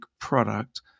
product